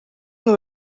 mwe